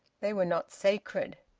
they were not sacred.